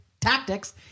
tactics